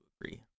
agree